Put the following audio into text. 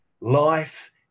Life